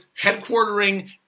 headquartering